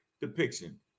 depiction